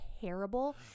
terrible